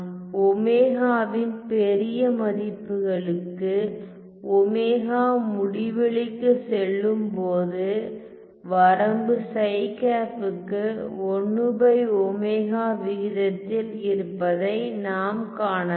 ω இன் பெரிய மதிப்புகளுக்கு ω முடிவிலிக்குச் செல்லும்போது வரம்புக்கு 1ω விகிதத்தில் இருப்பதை நாம் காணலாம்